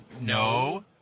no